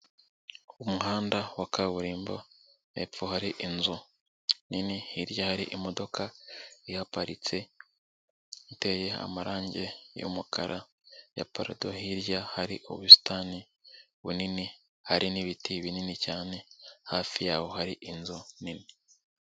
Umuhanda wa kaburimbo hepfo hari inzu nini, hirya hari imodoka ihaparitse iteye amarangi y'umukara ya parado, hirya hari ubusitani bunini hari n'ibiti binini cyane, hafi yaho hari inzu nini.